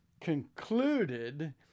concluded